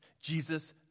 Jesus